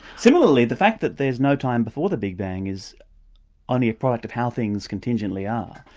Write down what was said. similarly the fact that there's no time before the big bang is only a product of how things contingently are.